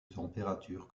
température